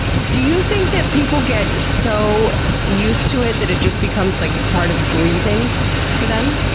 do you think that people get so used to it that it just becomes like part of breathing for them?